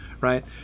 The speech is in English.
right